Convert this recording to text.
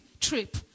trip